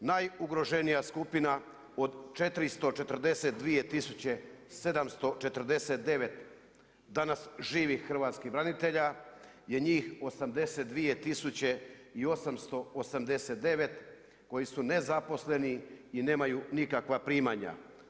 Posebno, najugroženija skupina, od 442 tisuće 749 danas živih hrvatskih branitelja je njih 82 tisuće i 889 koji su nezaposleni i nemaju nikakva primanja.